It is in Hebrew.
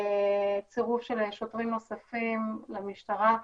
צירוף של שוטרים נוספים למשטרה.